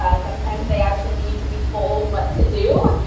ah sometimes they actually need to be told what to do.